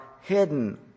hidden